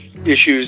issues